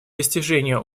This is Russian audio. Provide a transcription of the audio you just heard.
достижения